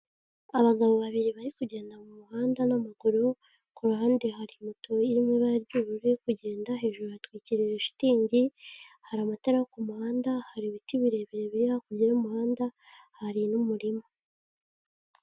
Abagabo babiri bari kugenda mu muhanda n'amaguru, ku ruhande hari moto iri mu ibara ry'ubururu iri kugenda, hejuru hatwikirije shitingi, hari amatara ku muhanda, hari ibiti birebire biri hakurya y'umuhanda hari n'umurima.